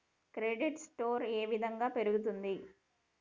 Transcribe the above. Credit score ఏ విధంగా పెరుగుతుంది?